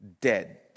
dead